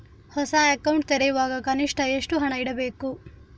ಹೊಸ ಅಕೌಂಟ್ ತೆರೆಯುವಾಗ ಕನಿಷ್ಠ ಎಷ್ಟು ಹಣ ಇಡಬೇಕು?